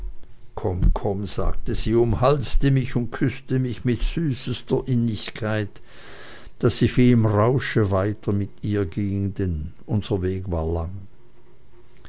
komm komm sagte sie umhalste mich und küßte mich mit süßester innigkeit daß ich wie im rausche weiter mit ihr ging denn unser weg war lang